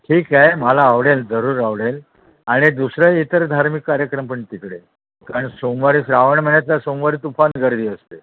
ठीक आहे मला आवडेल जरूर आवडेल आणि दुसरंही इतर धार्मिक कार्यक्रम पण तिकडे कारण सोमवारी श्रावण महिन्यात तर सोमवारी तुफान गर्दी असते